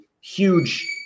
Huge